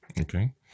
Okay